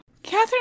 Catherine